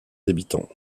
habitants